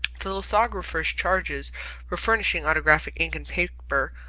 the lithographer's charges for furnishing autographic ink and paper,